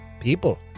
people